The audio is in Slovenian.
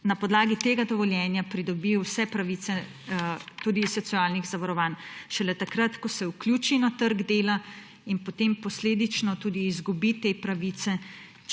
na podlagi tega dovoljenja pridobi vse pravice tudi socialnih zavarovanj šele takrat, ko se vključi na trg dela, in potem posledično tudi izgubi te pravice,